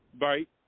right